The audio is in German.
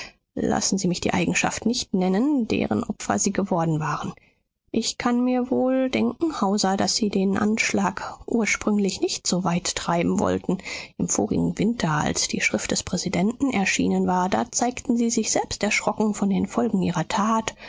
lassen sie mich die eigenschaft nicht nennen deren opfer sie geworden waren ich kann mir wohl denken hauser daß sie den anschlag ursprünglich nicht so weit treiben wollten im vorigen winter als die schrift des präsidenten erschienen war da zeigten sie sich selbst erschrocken von den folgen ihrer tat